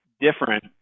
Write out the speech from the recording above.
different